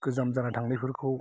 गोजाम जाना थांनायफोरखौ